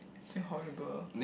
horrible